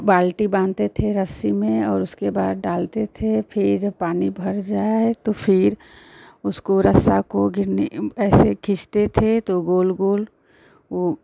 बाल्टी बांधते थे रस्सी में और उसके बाद डालते थे फिर जब पानी भड़ जाए तो फ़िर उसको रस्सा को गिरनी ऐसे खींचते थे तो गोल गोल वो